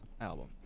album